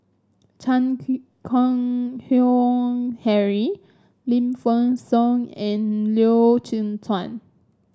Chan Keng Howe Harry Lim Fei Shen and Loy Chye Chuan